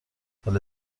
ولی